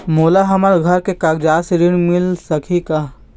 मोला हमर घर के कागजात से ऋण मिल सकही का?